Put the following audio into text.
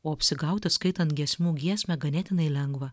o apsigauti skaitant giesmių giesmę ganėtinai lengva